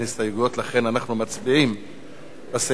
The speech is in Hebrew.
לכן אנחנו מצביעים על הסעיף הראשון,